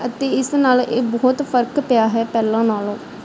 ਅਤੇ ਇਸ ਨਾਲ ਇਹ ਬਹੁਤ ਫਰਕ ਪਿਆ ਹੈ ਪਹਿਲਾਂ ਨਾਲੋਂ